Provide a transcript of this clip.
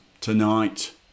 tonight